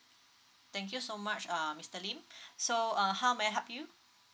thank you so much err mister lim so uh how may I help you